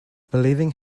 believing